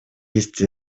есть